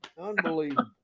Unbelievable